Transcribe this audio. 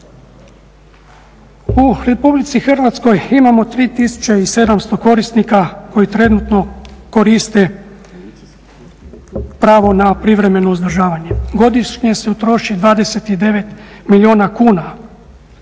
U Republici Hrvatskoj imamo 3700 korisnika koji trenutno koriste pravo na privremeno uzdržavanje. Godišnje se utroši 29 milijuna kuna.